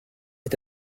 est